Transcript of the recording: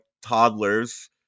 Toddlers